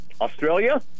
Australia